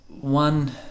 one